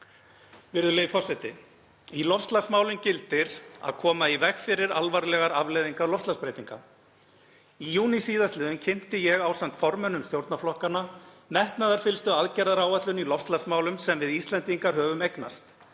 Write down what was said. Virðulegi forseti. Í loftslagsmálum gildir að koma í veg fyrir alvarlegar afleiðingar loftslagsbreytinga. Í júní síðastliðnum kynnti ég ásamt formönnum stjórnarflokkanna metnaðarfyllstu aðgerðaáætlun í loftslagsmálum sem við Íslendingar höfum eignast